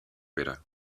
better